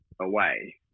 away